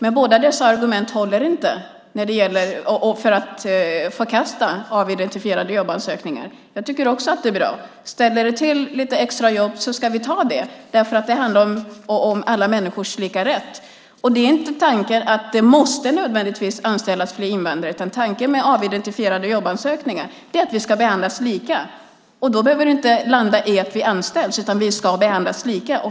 Inget av dessa argument håller för att förkasta avidentifierade jobbansökningar. Jag tycker också att det är bra. Ställer det till lite extra jobb ska vi ta det, därför att det handlar om alla människors lika rätt. Tanken är inte att det nödvändigtvis måste anställas fler invandrare. Tanken med avidentifierade jobbansökningar är att vi ska behandlas lika. Då behöver det inte landa i att vi anställs utan vi ska behandlas lika.